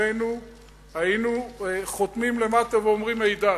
שנינו היינו חותמים למטה ואומרים הידד.